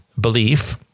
belief